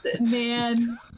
man